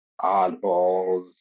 oddballs